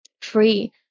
free